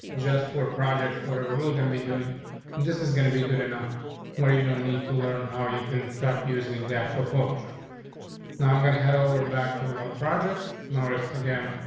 just for projects, whatever we're gonna be doing this is gonna be good enough where you don't need to learn how you can start using the actual photos, you know i'm gonna head over back to um our project notice again.